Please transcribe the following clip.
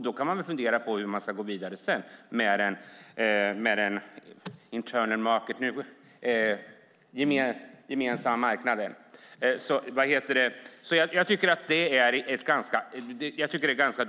Då man kan fundera på hur man ska gå vidare med internal market, med den gemensamma marknaden. Det är ganska dumt att i tid och otid använda uttrycket i fråga.